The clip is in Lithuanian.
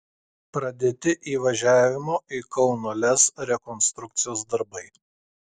pradėti įvažiavimo į kauno lez rekonstrukcijos darbai